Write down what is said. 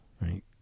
right